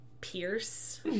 Pierce